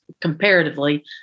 comparatively